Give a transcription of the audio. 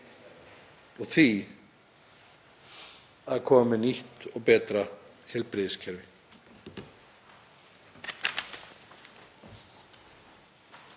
og því að til verði nýtt og betra heilbrigðiskerfi.